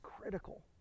critical